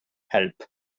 help